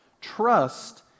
Trust